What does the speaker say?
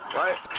right